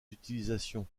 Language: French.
utilisations